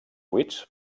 buits